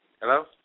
hello